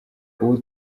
ubu